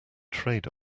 trade